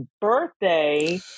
birthday